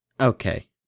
okay